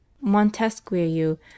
montesquieu